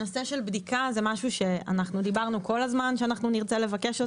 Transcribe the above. הנושא של בדיקה זה משהו שדיברנו כל הזמן שנרצה לבקש,